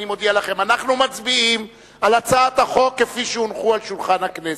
אני מודיע לכם: אנחנו מצביעים על הצעת החוק כפי שהונחה על שולחן הכנסת.